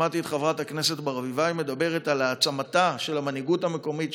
שמעתי את חברת הכנסת ברביבאי על העצמתה של המנהיגות המקומית,